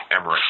Emirates